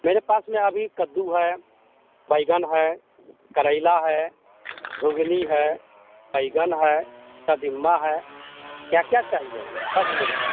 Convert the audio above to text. मेरे पास में अभी कद्दू है बैंगन है करैला है झुगनी है बैंगन है कदिम्मा है क्या क्या चाहिए सब है मेरे पास